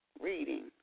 reading